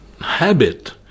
habit